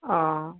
অঁ